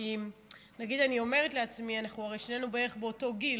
כי אני אומרת לעצמי: אנחנו הרי שנינו בערך באותו גיל,